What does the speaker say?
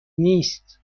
نیست